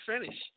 finish